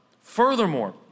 Furthermore